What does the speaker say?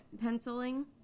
penciling